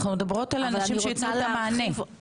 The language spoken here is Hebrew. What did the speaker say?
אנחנו מדברות על אנשים שיתנו את המענה,